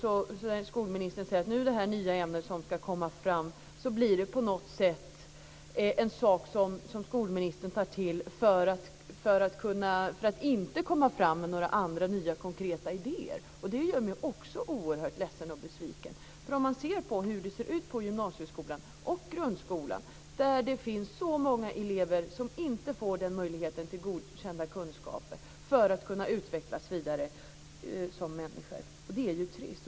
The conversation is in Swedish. När skolministern talar om det här nya ämnet som ska komma fram blir det på något sätt en sak som skolministern tar till för att inte komma fram med några nya, konkreta idéer. Det gör mig oerhört ledsen och besviken. På gymnasieskolan och i grundskolan finns det ju så många elever som inte får möjlighet till godkända kunskaper för att kunna utvecklas vidare som människor, vilket är trist.